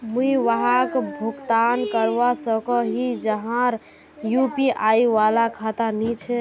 मुई वहाक भुगतान करवा सकोहो ही जहार यु.पी.आई वाला खाता नी छे?